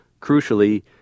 crucially